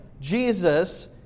Jesus